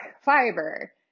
fiber